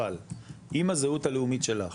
אבל אם הזהות הלאומית שלך